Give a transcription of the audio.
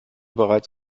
bereits